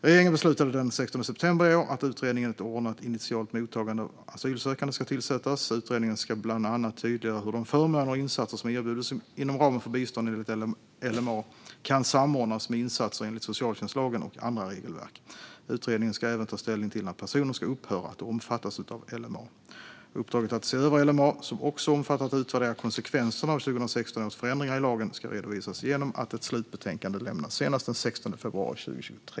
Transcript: Regeringen beslutade den 16 september i år att utredningen Ett ordnat initialt mottagande av asylsökande ska tillsättas. Utredningen ska bland annat tydliggöra hur de förmåner och insatser som erbjuds inom ramen för bistånd enligt LMA kan samordnas med insatser enligt socialtjänstlagen och andra regelverk. Utredningen ska även ta ställning till när personer ska upphöra att omfattas av LMA. Uppdraget att se över LMA, som också omfattar att utvärdera konsekvenserna av 2016 års förändringar i lagen, ska redovisas genom att ett slutbetänkande lämnas senast den 16 februari 2023.